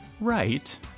right